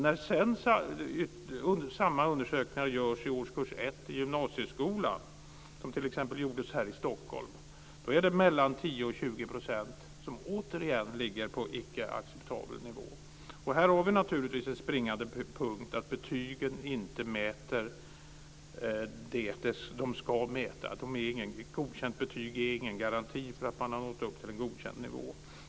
När samma undersökning sedan görs i årskurs ett i gymnasieskolan, som t.ex. gjordes här i Stockholm, visar det sig att det är 10-20 % som återigen ligger på icke acceptabel nivå. Här har vi naturligtvis en springande punkt, nämligen att betygen inte mäter det som de ska mäta. Godkänt betyg är ingen garanti för att man har nått upp till en godkänd nivå.